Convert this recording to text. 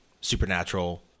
Supernatural